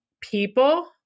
people